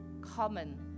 common